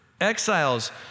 Exiles